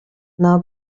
now